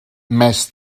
més